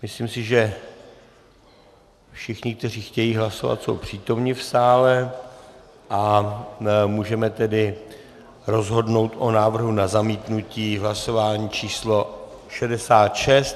Myslím si, že všichni, kteří chtějí hlasovat, jsou přítomni v sále, a můžeme tedy rozhodnout o návrhu na zamítnutí v hlasování číslo šedesát šest.